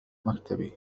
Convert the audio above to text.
مكتبي